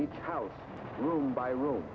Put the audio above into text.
each house room by room